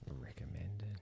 Recommended